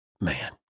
man